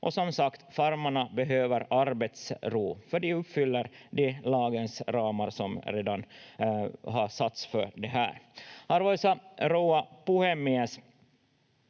som sagt, farmarna behöver arbetsro, för de uppfyller lagens ramar som redan har satts för det här. Arvoisa rouva puhemies!